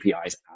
APIs